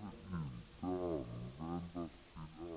tas även till andra skäl.